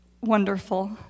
wonderful